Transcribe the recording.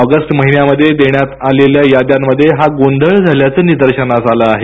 August महिन्यामध्ये देण्यात आलेल्या याद्यांमध्ये हा गोंधळ झाल्याचे निदर्शनास आले आहे